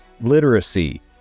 literacy